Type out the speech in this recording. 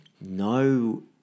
no